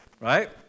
right